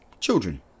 children